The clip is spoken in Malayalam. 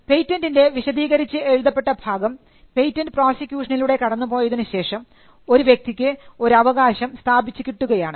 പേറ്റന്റിൻറെ വിശദീകരിച്ച് എഴുതപ്പെട്ട ഭാഗം പേറ്റന്റ് പ്രോസിക്യൂഷനിലൂടെ കടന്നു പോയതിനു ശേഷം ഒരു വ്യക്തിക്ക് ഒരു അവകാശം സ്ഥാപിച്ചു കിട്ടുകയാണ്